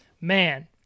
man